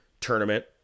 Tournament